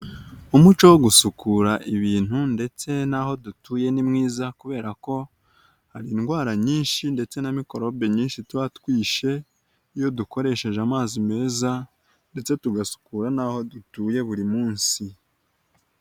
Umuco wo gusukura ibintu ndetse n'aho dutuye ni mwiza kubera ko hari indwara nyinshi ndetse na mikorobe nyinshi tuba twishe, iyo dukoresheje amazi meza ndetse tugasukura n'aho dutuye buri munsi.